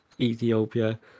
ethiopia